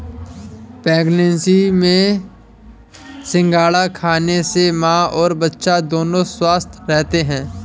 pregnancy में सिंघाड़ा खाने से मां और बच्चा दोनों स्वस्थ रहते है